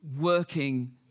working